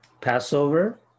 Passover